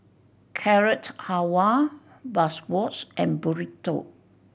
Carrot Halwa Bratwurst and Burrito